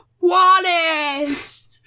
Wallace